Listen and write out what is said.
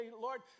Lord